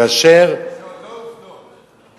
כאשר, זה עוד לא עובדות,